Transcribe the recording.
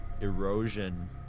erosion